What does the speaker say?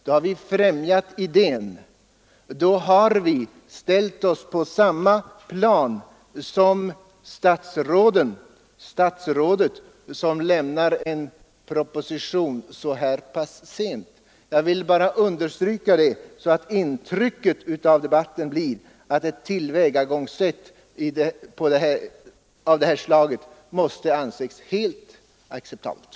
Då har vi främjat idén, och då har vi ställt oss på samma plan som statsrådet, som lämnar en proposition så här sent. Jag vill som sagt bara understryka detta för att intrycket av debatten skall bli att ett sådant här tillvägagångssätt måste anses helt acceptabelt.